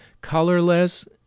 colorless